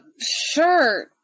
sure